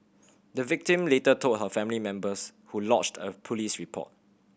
the victim later told her family members who lodged a police report